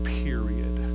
period